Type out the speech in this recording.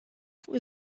fuq